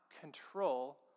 control